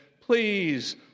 Please